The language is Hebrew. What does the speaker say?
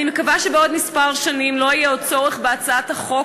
אני מקווה שבעוד כמה שנים לא יהיה עוד צורך בהצעת החוק